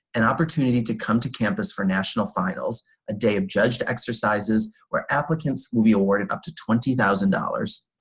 an opportunity to come to campus for national finals a day of judged exercises where applicants will be awarded up to twenty thousand dollars.